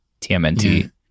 TMNT